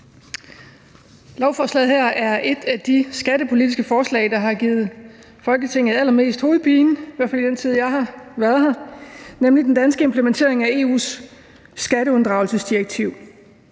Lovforslaget her er et af de skattepolitiske forslag, der har givet Folketinget allermest hovedpine, i hvert fald i den tid, jeg har været her; det handler nemlig om den danske implementering af EU's skatteundgåelsesdirektiv.